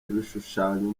ibishushanyo